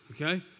Okay